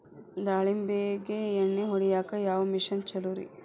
ದಾಳಿಂಬಿಗೆ ಎಣ್ಣಿ ಹೊಡಿಯಾಕ ಯಾವ ಮಿಷನ್ ಛಲೋರಿ?